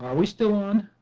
we still on?